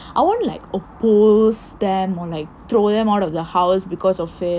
I won't like oppose them or like throw them out of the house because of it